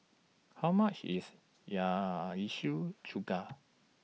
How much IS Chuka